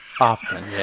Often